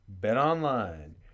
BetOnline